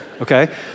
Okay